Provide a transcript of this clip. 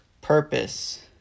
purpose